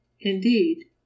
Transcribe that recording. indeed